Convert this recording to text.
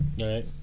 Right